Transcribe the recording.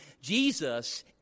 Jesus